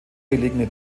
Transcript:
gelegene